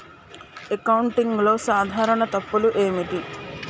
అకౌంటింగ్లో సాధారణ తప్పులు ఏమిటి?